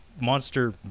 monster